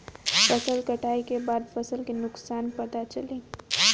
फसल कटाई के बाद फसल के नुकसान पता चली